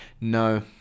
No